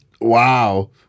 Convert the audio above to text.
Wow